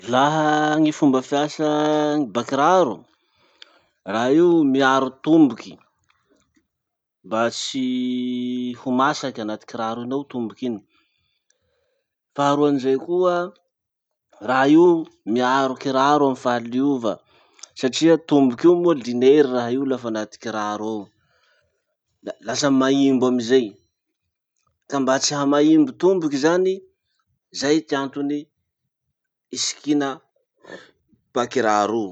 Laha gny fomba fiasa gny bakiraro raha io miaro tomboky mba tsy ho masaky anaty kiraro iny ao tomboky iny. Faharoan'izay koa, raha io miaro kiraro amy fahaliova satria tomboky io moa linery raha io lafa anaty kiraro ao. La lasa maimbo amizay. Ka mba tsy hahamaimbo tomboky zany, zay ty antony isikina bakiraro io.